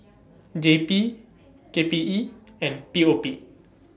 J P K P E and P O P